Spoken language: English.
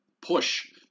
push